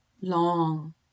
long